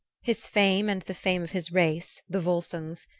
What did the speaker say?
his fame and the fame of his race, the volsungs,